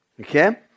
Okay